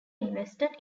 invested